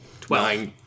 Twelve